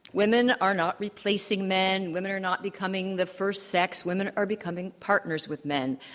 women are not replacing men. women are not becoming the first sex. women are becoming partners with men.